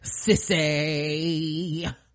sissy